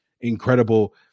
incredible